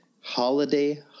Holiday